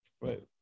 Right